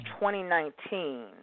2019